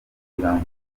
kugirango